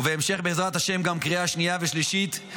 ובהמשך בעזרת השם גם קריאה שנייה ושלישית,